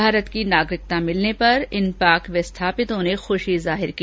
भारत की नागरिकता मिलने पर पाक विस्थापितों ने खुशी जाहिर की